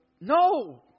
No